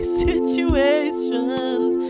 situations